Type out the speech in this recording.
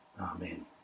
amen